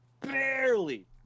Barely